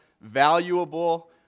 valuable